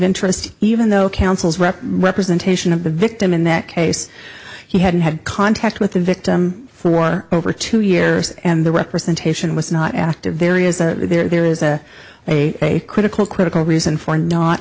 interest even though counsel's rep representation of the victim in that case he hadn't had contact with the victim for over two years and the representation was not active there is a critical critical reason for not